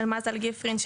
של מזל גיפרין,